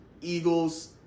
Eagles